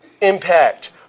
impact